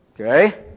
Okay